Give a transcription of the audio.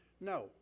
no